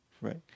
right